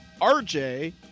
RJ